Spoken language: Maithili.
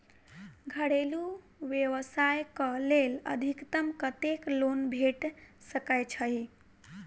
घरेलू व्यवसाय कऽ लेल अधिकतम कत्तेक लोन भेट सकय छई?